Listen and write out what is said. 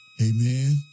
Amen